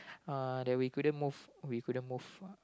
uh that we couldn't move we couldn't move